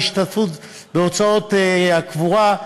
להשתתפות בכיסוי הוצאות הקבורה,